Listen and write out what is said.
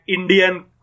Indian